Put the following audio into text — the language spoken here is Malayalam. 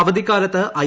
അവധിക്കാലത്ത് ഐ